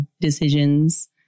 decisions